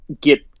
get